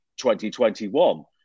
2021